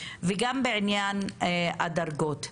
וגם בעניין הדרגות.